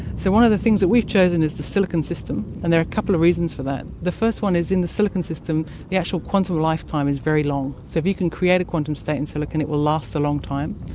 so one of the things that we've chosen is the silicon system, and there are a couple of reasons for that. the first one is that in the silicon system the actual quantum lifetime is very long, so if you can create a quantum state in silicon it will last a long time.